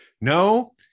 No